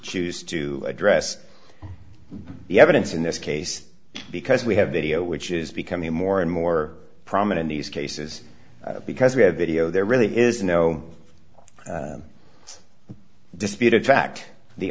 choose to address the evidence in this case because we have video which is becoming more and more prominent these cases because we have video there really is no dispute in fact the